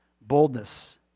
Boldness